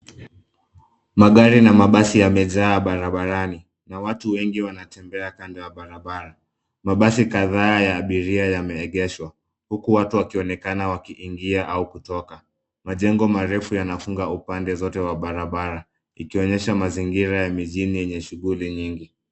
Magari na mabasi yamejaa barabarani na watu wengi wanatembea kando ya barabara. Mabasi kadhaa ya abiria yameegeshwa, huku watu wakionekana wakiingia au kutoka. Majengo marefu yanafunga upande zote wa barabara ikionyesha mazingira ya mijini yenye shughuli nyingi.